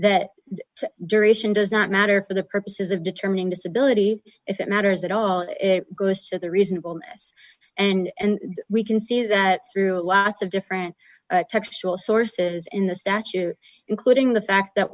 duration does not matter for the purposes of determining disability if it matters at all it goes to the reasonableness and we can see that through lots of different textual sources in the statute including the fact that